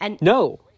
No